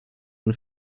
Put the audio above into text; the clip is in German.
und